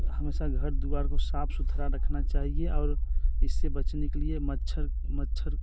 हमेशा घर द्वार को साफ़ सुथरा रखना चाहिए और इससे बचने के लिए मच्छर मच्छर